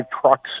trucks